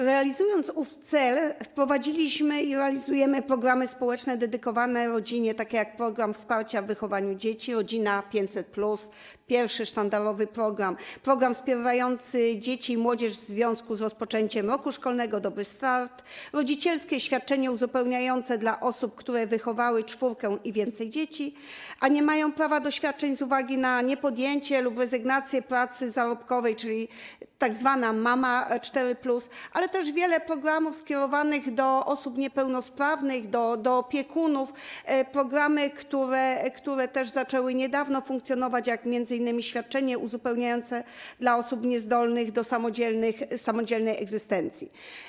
Realizując ów cel, wprowadziliśmy i realizujemy programy społeczne dedykowane rodzinie, takie jak program wsparcia wychowania dzieci „Rodzina 500+”, pierwszy, sztandarowy program, program wspierający dzieci i młodzież w związku z rozpoczęciem roku szkolnego „Dobry start”, rodzicielskie świadczenie uzupełniające dla osób, które wychowały czwórkę i więcej dzieci, a nie mają prawa do świadczeń z uwagi na niepodjęcie lub rezygnację z pracy zarobkowej, czyli tzw. Mama 4+, ale też wiele programów skierowanych do osób niepełnosprawnych, do opiekunów, programy, które zaczęły niedawno funkcjonować, jak m.in. świadczenie uzupełniające dla osób niezdolnych do samodzielnej egzystencji.